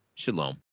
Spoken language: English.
shalom